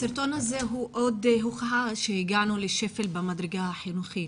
הסרטון הזה הוא עוד הוכחה שהגענו לשפל במדרגה החינוכית.